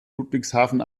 ludwigshafen